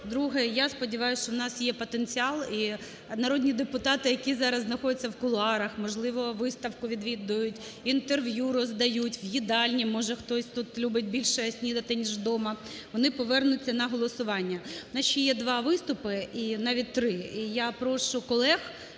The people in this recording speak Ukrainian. Друге. Я сподіваюсь, що в нас є потенціал. І народні депутати, які зараз знаходяться в кулуарах, можливо, виставку відвідують, інтерв'ю роздають, в їдальні, може, хтось тут любить більше снідати, ніж вдома, – вони повернуться на голосування. У нас ще є два виступи, навіть три. І я прошу колег